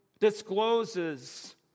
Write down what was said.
Discloses